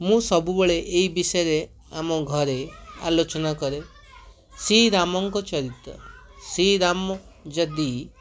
ମୁଁ ସବୁବେଳେ ଏଇ ବିଷୟରେ ଆମ ଘରେ ଆଲୋଚନା କରେ ଶ୍ରୀରାମଙ୍କ ଚରିତ ଶ୍ରୀରାମ ଯଦି